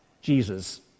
Jesus